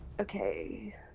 Okay